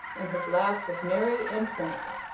and his laugh was merry and frank.